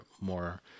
more